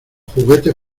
juguetes